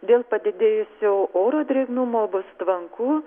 dėl padidėjusio oro drėgnumo bus tvanku